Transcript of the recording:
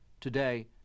today